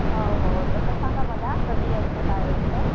हो हो तसं सांगा मला कधी यायचं काय यायचं